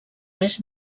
més